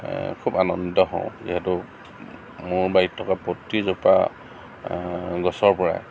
খুব আনন্দিত হওঁ যিহেতু মোৰ বাৰীত থকা প্ৰতি জোপা গছৰ পৰা